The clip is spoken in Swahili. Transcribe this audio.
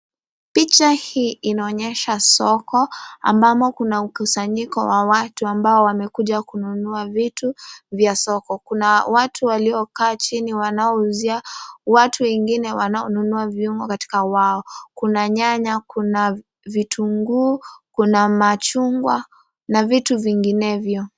Picha hii inaonyesha soko, ambamo kuna ukusanyiko wa watu ambao wamekuja kununua vitu vya soko. Kuna watu waliokaa chini wanao uzia watu wengine wanaonunua vyombo katika wao. Kuna nyanya, kuna vitunguu, kuna machungwa na vitu vinginevyo.